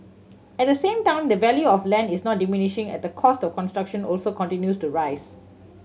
at the same time the value of land is not diminishing and the cost of construction also continues to rise